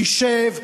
תשב,